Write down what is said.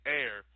air